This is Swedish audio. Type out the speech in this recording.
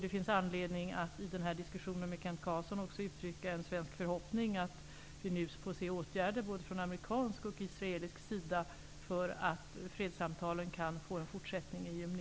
Det finns anledning att i denna diskussion med Kent Carlsson uttrycka en svensk förhoppning om åtgärder från både amerikansk och israelisk sida för att fredssamtalen skall kunna fortsättas i juni.